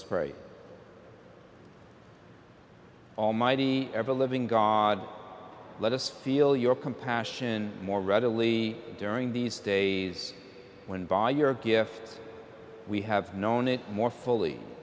us pray almighty every living god let us feel your compassion more readily during these days when by your gifts we have known it more fully